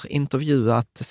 intervjuat